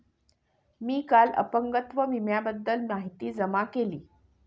मी काल अपंगत्व विम्याबद्दल माहिती जमा केली